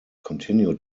continue